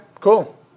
Cool